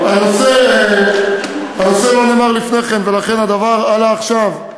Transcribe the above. הנושא לא נאמר לפני כן ולכן הדבר עלה עכשיו,